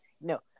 No